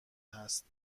هست